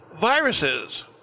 viruses